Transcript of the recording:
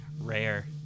rare